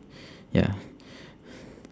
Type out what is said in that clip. ya